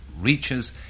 reaches